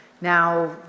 Now